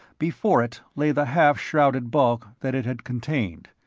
before it lay the half shrouded bulk that it had contained.